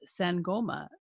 Sangoma